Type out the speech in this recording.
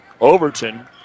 Overton